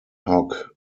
hoc